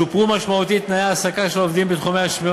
שופרו משמעותית תנאי ההעסקה של העובדים המועסקים